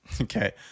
Okay